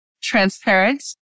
transparent